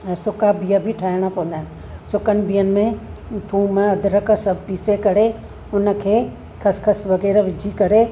ऐं सुखा बिह बि ठाहिणा पवंदा आहिनि सुखनि बिहनि में थूम अदरक सभु पीसे करे उनखे ख़सख़स वग़ैरह विझी करे